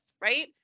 right